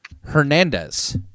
hernandez